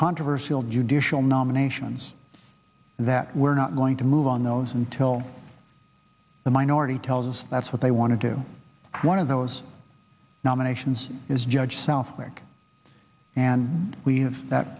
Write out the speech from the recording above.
controversial judicial nominations that we're not going to move on those until the minority tells us that's what they want to do one of those nominations is judge southwick and we have that